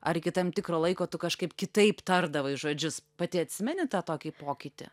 ar iki tam tikro laiko tu kažkaip kitaip tardavai žodžius pati atsimeni tą tokį pokytį